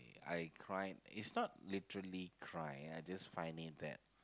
I cried it's not literally cry I just find it that